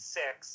six